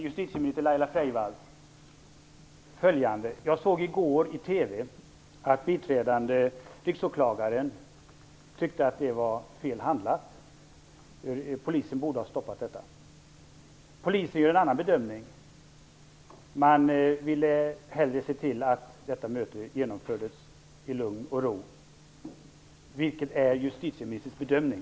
Jag såg i går i TV att biträdande riksåklagaren tyckte att det var fel handlat och att polisen borde ha stoppat detta. Polisen gör en annan bedömning. Man ville hellre se till att mötet genomfördes i lugn och ro. Vilken är justitieministerns bedömning?